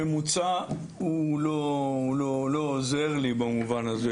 הממוצע לא עוזר לי במקרה הזה.